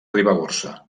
ribagorça